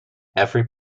every